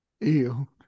Ew